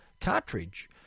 cartridge